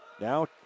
Now